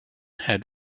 had